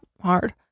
hard